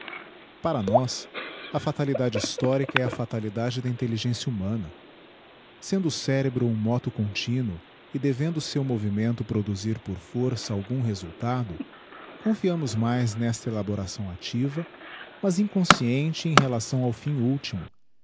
para nós a fatalidade histórica é a fatalidade da intelligencia humana sendo o cérebro um motu continuo e devendo o seu movimento produzir digiti zedby google por força algum resultado confiamos mais nesta elaboração activa mas inconsciente em relação ao fim ultimo